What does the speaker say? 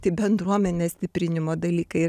tai bendruomenės stiprinimo dalykai